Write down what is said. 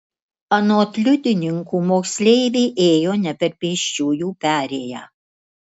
anot liudininkų moksleivė ėjo ne per pėsčiųjų perėją